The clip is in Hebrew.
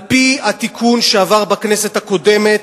על-פי התיקון שעבר בכנסת הקודמת,